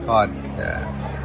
Podcast